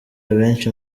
abenshi